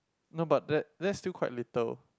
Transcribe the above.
no but that that's still quite little